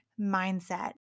mindset